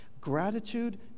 Gratitude